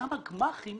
גם הגמ"חים,